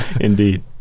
Indeed